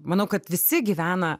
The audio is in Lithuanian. manau kad visi gyvena